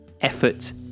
effort